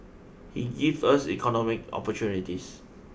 he gave us economic opportunities